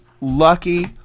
lucky